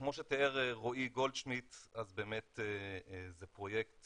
כמו שתיאר רועי גולדשמידט אז באמת זה פרויקט